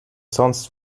sonst